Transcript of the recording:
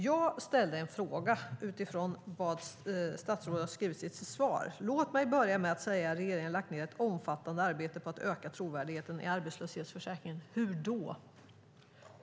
Jag ställde en fråga utifrån att statsrådet har skrivit i sitt svar: "Låt mig börja med att säga att regeringen har lagt ned ett omfattande arbete på att öka trovärdigheten i arbetslöshetsförsäkringen." Hur då?